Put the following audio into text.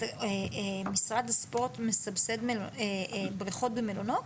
משרד הספורט מסבסד בריכות במלונות?